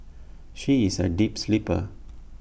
she is A deep sleeper